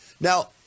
Now